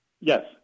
Yes